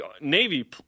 Navy